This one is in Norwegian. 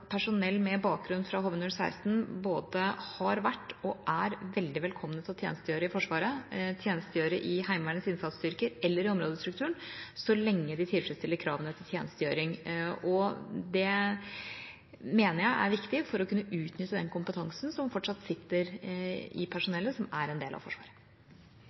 personell med bakgrunn fra HV-016 både har vært og er veldig velkomne til å tjenestegjøre i Forsvaret, tjenestegjøre i Heimevernets innsatsstyrker eller i områdestrukturen, så lenge de tilfredsstiller kravene til tjenestegjøring. Det mener jeg er viktig for å kunne utnytte den kompetansen som fortsatt sitter i personellet som er en del av Forsvaret.